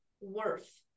worth